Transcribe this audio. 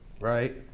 Right